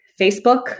Facebook